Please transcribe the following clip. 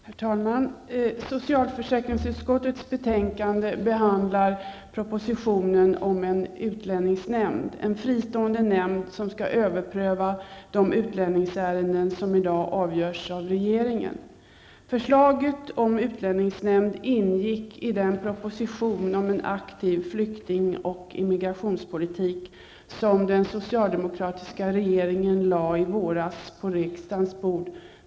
Herr talman! I socialförsäkringsutskottets betänkande behandlas regeringens proposition om en utlänningsnämnd -- en fristående nämnd som skall överpröva de utlänningsärenden som i dag avgörs av regeringen. Förslaget om en utlänningsnämnd ingår i den proposition om en aktiv flykting och immigrationspolitik som den socialdemokratiska regeringen i våras lade på riksdagens bord.